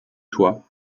toi